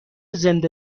زنده